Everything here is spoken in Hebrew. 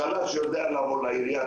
החלש יודע לבוא לעירייה,